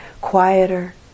quieter